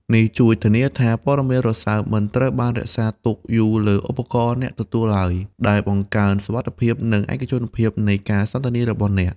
នេះជួយ ធានាថាព័ត៌មានរសើបមិនត្រូវបានរក្សាទុកយូរលើឧបករណ៍អ្នកទទួលឡើយ ដែលបង្កើនសុវត្ថិភាព និងឯកជនភាពនៃការសន្ទនារបស់អ្នក។